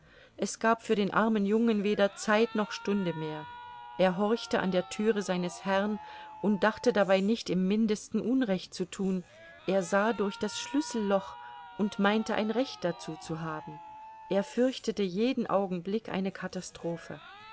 es gab für den armen jungen weder zeit noch stunde mehr er horchte an der thüre seines herrn und dachte dabei nicht im mindesten unrecht zu thun er sah durch das schlüsselloch und meinte ein recht dazu zu haben er fürchtete jeden augenblick eine katastrophe